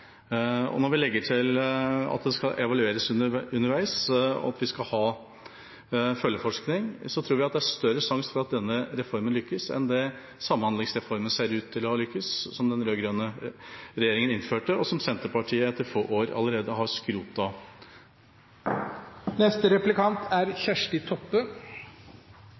Når vi legger til at den skal evalueres underveis, og at vi skal ha følgeforskning, tror vi det er større sjanse for at denne reformen lykkes enn det ser ut til at Samhandlingsreformen har gjort, som den rød-grønne regjeringa innførte, og som Senterpartiet etter få år allerede har skrotet. Vi har ikkje skrota Samhandlingsreforma. Vi ville berre ta vekk betalingsplikta for utskrivingsklare pasientar. Venstre er